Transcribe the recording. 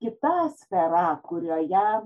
kita sfera kurioje